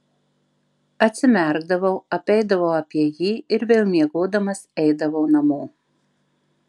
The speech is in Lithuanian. atsimerkdavau apeidavau apie jį ir vėl miegodamas eidavau namo